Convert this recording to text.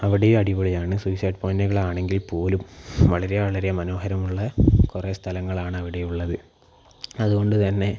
അവിടെയും അടിപൊളിയാണ് സൂയ്സൈഡ് പോയന്റുകൾ ആണെങ്കിൽ പോലും വളരെ വളരെ മനോഹരമുള്ള കുറെ സ്ഥലങ്ങളാണ് അവിടെ ഉള്ളത് അതുകൊണ്ടുതന്നെ